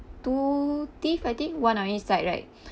two teeth I think one on each side right